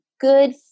Good